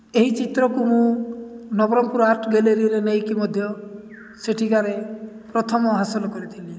ଏହି ଚିତ୍ରକୁ ମୁଁ ନବରଙ୍ଗପୁର୍ ଆର୍ଟ ଗ୍ୟାଲେରୀରେ ନେଇକି ମଧ୍ୟ ସେଠିକାରେ ପ୍ରଥମ ହାସଲ କରିଥିଲି